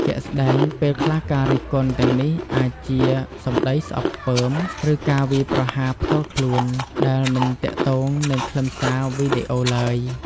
ជាក់ស្ដែង ពេលខ្លះការរិះគន់ទាំងនេះអាចជា សម្ដីស្អប់ខ្ពើម ឬ ការវាយប្រហារផ្ទាល់ខ្លួន ដែលមិនទាក់ទងនឹងខ្លឹមសារវីដេអូឡើយ។